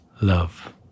love